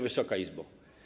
Wysoka Izbo!